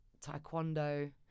taekwondo